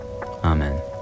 Amen